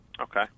Okay